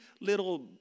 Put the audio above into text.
little